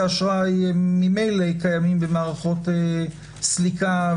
האשראי ממילא קיימות במערכות סליקה.